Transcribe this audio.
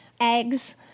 eggs